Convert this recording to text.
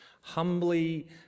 humbly